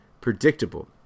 predictable